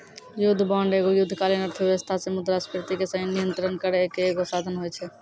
युद्ध बांड एगो युद्धकालीन अर्थव्यवस्था से मुद्रास्फीति के नियंत्रण करै के एगो साधन होय छै